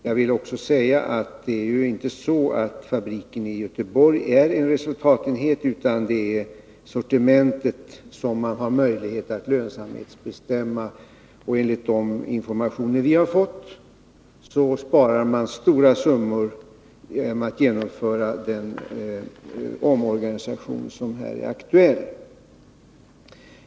Jag vill också säga att det inte är så att fabriken i Göteborg är en resultatsenhet, utan det är sortimentet som man har möjlighet att lönsamhetsbestämma. Enligt de informationer vi fått spar man stora summor genom att genomföra den omorganisation som här är aktuell.